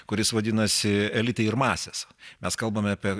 kuris vadinasi elitai ir masės mes kalbame apie